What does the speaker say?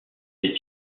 ces